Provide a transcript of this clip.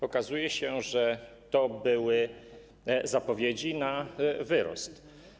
Okazuje się, że to były zapowiedzi na wyrost.